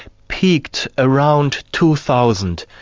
peaked around two thousand,